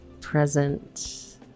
present